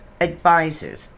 advisors